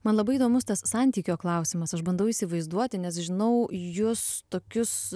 man labai įdomus tas santykio klausimas aš bandau įsivaizduoti nes žinau jus tokius